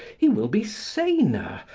he will be saner,